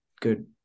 good